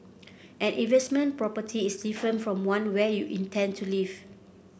an investment property is different from one where you intend to live